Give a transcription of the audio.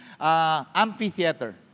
amphitheater